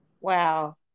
Wow